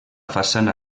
façana